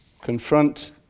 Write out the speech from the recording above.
confront